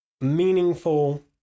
meaningful